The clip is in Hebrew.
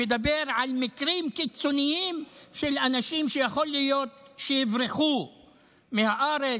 על מקרים קיצוניים של אנשים שיכול להיות שיברחו מהארץ,